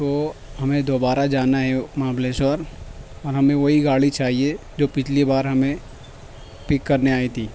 تو ہمیں دوبارہ جانا ہے مہابلیشور اور ہمیں وہی گاڑی چاہیے جو پچھلی بار ہمیں پک کرنے آئی تھی